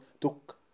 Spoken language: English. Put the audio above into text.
took